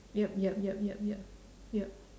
yup yup yup yup yup yup